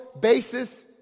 basis